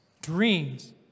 dreams